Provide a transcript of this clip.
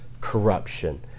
corruption